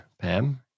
Pam